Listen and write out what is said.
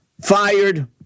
Fired